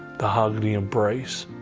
the hug, the embrace,